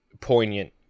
poignant